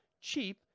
cheap